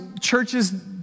churches